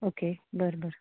okay बरं बरं